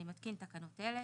אני מתקין תקנות אלו.